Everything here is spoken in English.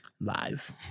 Lies